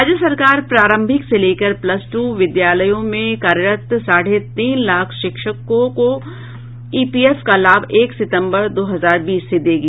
राज्य सरकार प्रारंभिक से लेकर प्लस टू विद्यालयों में कार्यरत साढ़े तीन लाख शिक्षकों को ईपीएफ का लाभ एक सितंबर दो हजार बीस से देगी